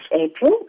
April